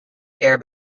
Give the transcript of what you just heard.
air